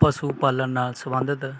ਪਸ਼ੂ ਪਾਲਣ ਨਾਲ ਸਬੰਧਤ